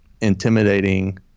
intimidating